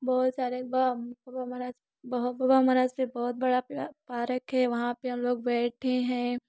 बहुत सारे बाबा महराज बाबा महराज के बहुत बड़ा पारक है वहाँ पे हम लोग बैठते हैं